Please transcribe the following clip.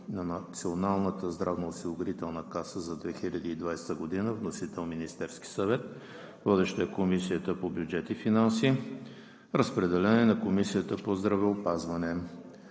на Националната здравноосигурителна каса за 2020 г. Вносител – Министерският съвет. Водеща е Комисията по бюджет и финанси. Разпределен е и на Комисията по здравеопазването.